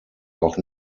auch